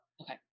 Okay